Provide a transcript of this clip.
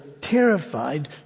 terrified